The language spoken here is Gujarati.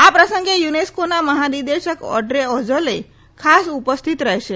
આ પ્રસંગે યુનેસ્કીના મહાનિદેશક ઓડ્રે અઝૌલે ખાસ ઉપસ્થિત રહેશે